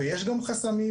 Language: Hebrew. ויש גם חסמים,